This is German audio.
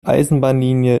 eisenbahnlinie